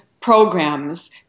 programs